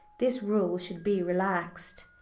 this rule should be relaxed.